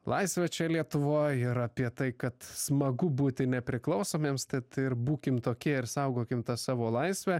laisvę čia lietuvoj ir apie tai kad smagu būti nepriklausomiems tad ir būkim tokie ir saugokim tą savo laisvę